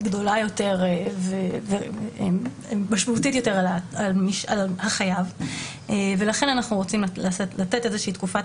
גדולה יותר ומשמעותית יותר על החייב ולכן אנחנו רוצים לתת איזושהי תקופת